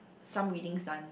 some readings done